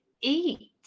eat